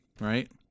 right